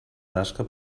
tasca